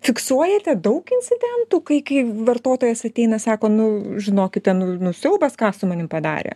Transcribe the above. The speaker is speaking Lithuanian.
fiksuojate daug incidentų kai kai vartotojas ateina sako nu žinokit ten nu siaubas ką su manim padarė